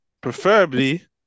Preferably